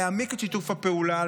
להעמיק את שיתוף הפעולה,